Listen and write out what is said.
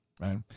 right